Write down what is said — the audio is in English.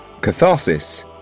Catharsis